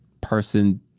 person